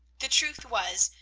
the truth was,